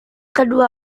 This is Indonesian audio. kedua